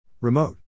Remote